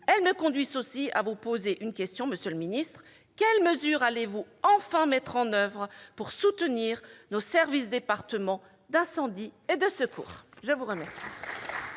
Elles me conduisent aussi à vous poser une question, monsieur le secrétaire d'État : quelles mesures allez-vous enfin mettre en oeuvre pour soutenir nos services départementaux d'incendie et de secours ? Mes chers